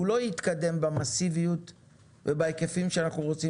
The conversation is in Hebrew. הוא לא התקדם במסיביות ובהיקפים שאנחנו רוצים